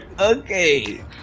Okay